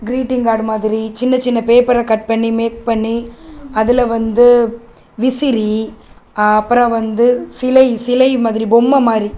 greeting card மாதிரி சின்ன சின்ன பேப்பரை கட் பண்ணி மேக் பண்ணி அதில் வந்து விசிறி அப்புறம் வந்து சிலை சிலை மாதிரி பொம்மைமாரி